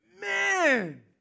Man